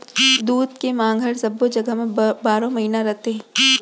दूद के मांग हर सब्बो जघा म बारो महिना रथे